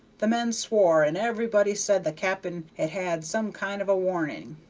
the men swore, and everybody said the cap'n had had some kind of a warning.